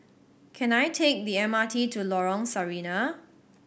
can I take the M R T to Lorong Sarina